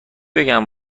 بگم